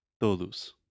todos